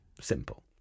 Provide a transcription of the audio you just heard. simple